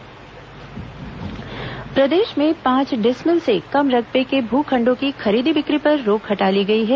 भूखंड पंजीयन प्रदेश में पांच डिसमिल से कम रकबे के भू खंडों की खरीदी बिक्री पर रोक हटा ली गई है